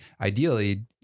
ideally